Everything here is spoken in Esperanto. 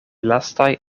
lastaj